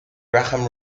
graham